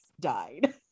Died